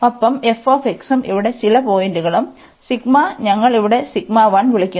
ഒപ്പം f ഉം ഇവിടെ ചില പോയിന്റുകളും ഞങ്ങൾ ഇവിടെ വിളിക്കുന്നു